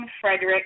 Frederick